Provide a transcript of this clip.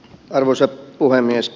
arvoisa puhemies